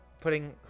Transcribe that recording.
putting